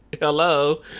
Hello